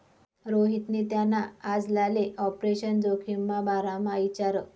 रोहितनी त्याना आजलाले आपरेशन जोखिमना बारामा इचारं